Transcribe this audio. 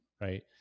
right